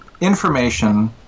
information